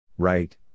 Right